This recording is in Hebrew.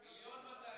אין נמנעים.